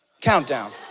Countdown